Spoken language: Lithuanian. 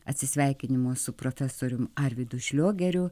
atsisveikinimo su profesorium arvydu šliogeriu